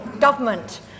Government